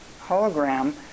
Hologram